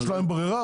יש להם ברירה?